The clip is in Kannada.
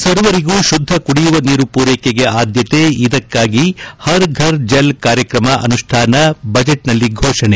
ಸರ್ವರಿಗೂ ಶುದ್ದ ಕುಡಿಯುವ ನೀರು ಪೂರೈಕೆಗೆ ಆದ್ಯತೆ ಇದಕ್ಕಾಗಿ ಹರ್ ಫರ್ ಜಲ್ ಕಾರ್ಯಕ್ರಮ ಅನುಷ್ಠಾನ ಬಜೆಟ್ನಲ್ಲಿ ಘೋಷಣೆ